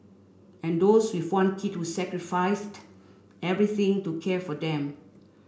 and those with one kid who sacrificed everything to care for them